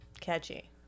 catchy